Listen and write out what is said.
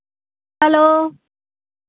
hello